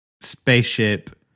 Spaceship